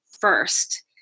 first